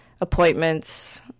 appointments